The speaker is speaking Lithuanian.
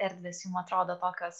erdvės jums atrodo tokios